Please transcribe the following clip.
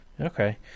Okay